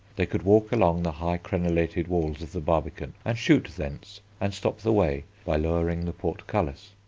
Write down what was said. they could walk along the high crenellated walls of the barbican and shoot thence, and stop the way by lowering the portcullis.